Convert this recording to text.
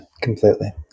completely